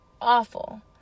awful